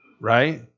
right